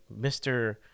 Mr